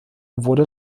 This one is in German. wurde